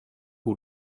hoe